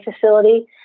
facility